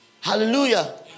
Hallelujah